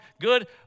good